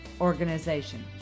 organization